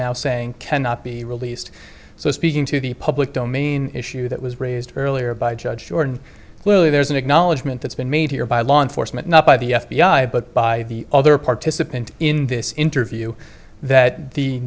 now saying cannot be released so speaking to the public domain issue that was raised earlier by judge jordan clearly there is an acknowledgment that's been made here by law enforcement not by the f b i but by the other participant in this interview that the